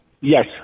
Yes